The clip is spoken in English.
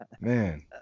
Man